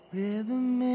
Rhythm